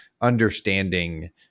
understanding